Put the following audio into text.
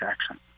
accent